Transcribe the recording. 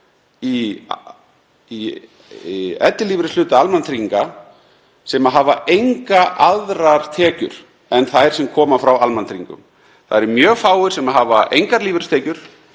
í ellilífeyrishluta almannatrygginga sem hafa engar aðrar tekjur en þær sem koma frá almannatryggingum. Það eru mjög fáir sem hafa engar lífeyristekjur,